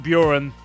Buren